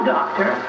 doctor